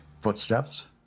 footsteps